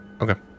Okay